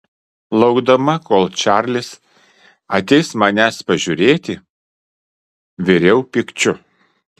laukdama kol čarlis ateis manęs pažiūrėti viriau pykčiu